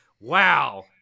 Wow